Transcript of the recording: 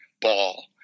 ball